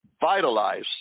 vitalize